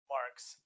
Marks